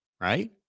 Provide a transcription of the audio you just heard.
Right